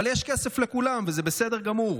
אבל יש כסף לכולם, וזה בסדר גמור.